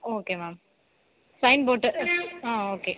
okay ma'am sign போட்டு ஆ okay